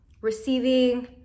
Receiving